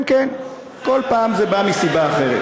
זה היה, כן כן, כל פעם זה מסיבה אחרת.